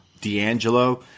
D'Angelo